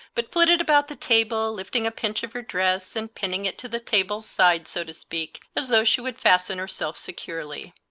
but flitted about the table, lifting a pinch of her dress and pinning it to the table's side, so to speak, as though she would fasten herself securely.